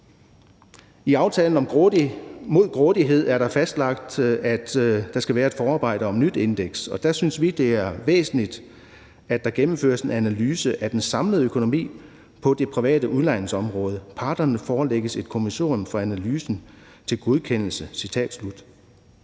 I aftalen mod grådighed er det fastlagt, at der skal være et forarbejde om et nyt indeks, og der synes vi, det er væsentligt, at der gennemføres en analyse af den samlede økonomi på det private udlejningsområde. Der står, at parterne forelægges et kommissorium for analysen til godkendelse.